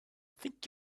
think